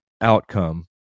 outcome